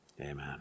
amen